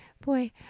boy